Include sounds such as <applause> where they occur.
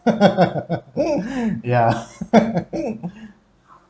<laughs> <noise> ya <laughs> <noise>